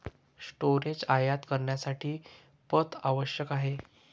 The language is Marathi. स्टोरेज आयात करण्यासाठी पथ आवश्यक आहे